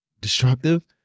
destructive